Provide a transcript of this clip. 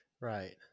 right